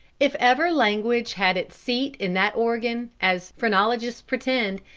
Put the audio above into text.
if ever language had its seat in that organ, as phrenologists pretend,